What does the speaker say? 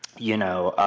you know,